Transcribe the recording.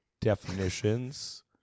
definitions